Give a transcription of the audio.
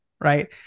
right